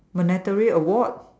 monetary award